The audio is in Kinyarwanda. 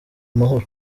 amahoro